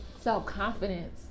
self-confidence